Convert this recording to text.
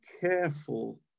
careful